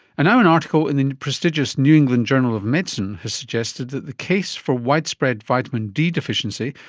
and now an article in the prestigious new england journal of medicine has suggested that the case for widespread vitamin d deficiency,